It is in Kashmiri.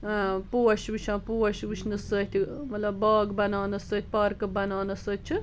اۭں پوش وٕچھان پوش وچھِنہٕ سۭتۍ مطلب باغ بناونس سۭتۍ بناونہٕ سۭتۍ چھِ